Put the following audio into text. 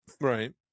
Right